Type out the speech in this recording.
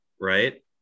right